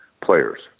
players